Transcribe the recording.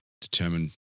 determined